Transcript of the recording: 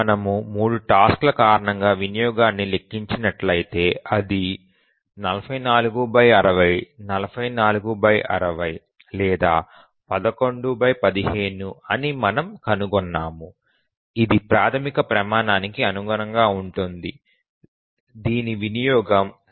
మనము 3 టాస్క్ ల కారణంగా వినియోగాన్ని లెక్కించినట్లయితే అది 44604460 లేదా 1115 అని మనము కనుగొన్నాము ఇది ప్రాథమిక ప్రమాణానికి అనుగుణంగా ఉంటుంది దీని వినియోగం ∑ui1